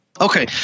Okay